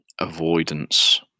avoidance